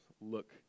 look